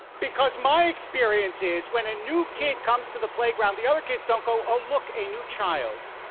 because my experience is when a new kid comes to the playground, the other kids don't go, oh, look, a new child.